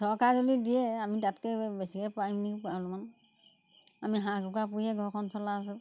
চৰকাৰে যদি দিয়ে আমি তাতকে বেছিকৈ পাৰিম নেকি অলপমান আমি হাঁহ কুকুৰা পুহিয়ে ঘৰখন চলাই আছোঁ